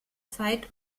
zeit